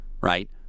right